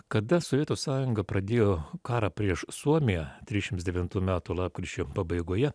kada sovietų sąjunga pradėjo karą prieš suomiją trisdešimts devintų metų lapkričio pabaigoje